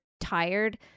tired